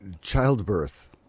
childbirth